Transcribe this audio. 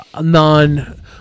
non